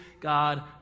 God